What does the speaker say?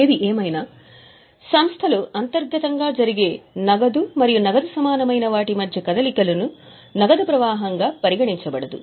ఏదేమైనా సంస్థ లో అంతర్గతంగా జరిగే నగదు మరియు నగదు సమానమైన వాటి మధ్య కదలికలను నగదు ప్రవాహంగా పరిగణించబడదు